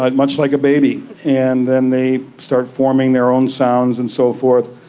like much like a baby, and then they start forming their own sounds and so forth.